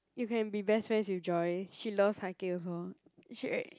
you can be best friends with Joy she loves hiking also she e~